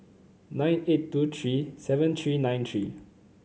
nine eight two three seven three nine three